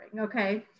okay